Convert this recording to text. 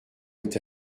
est